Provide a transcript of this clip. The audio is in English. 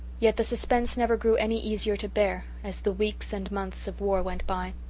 yet the suspense never grew any easier to bear as the weeks and months of war went by.